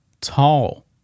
tall